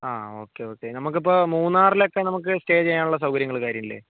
ആ okay okay നമുക്കിപ്പോൾ മൂന്നാറിലൊക്കെ നമുക്ക് സ്റ്റേ ചെയ്യാനുള്ള സൗകര്യങ്ങൾ കാര്യമില്ലേ